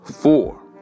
Four